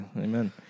amen